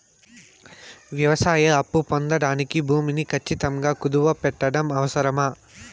వ్యవసాయ అప్పు పొందడానికి భూమిని ఖచ్చితంగా కుదువు పెట్టడం అవసరమా?